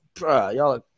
y'all